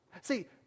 See